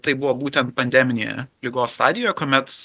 tai buvo būtent pandeminėje ligos stadija kuomet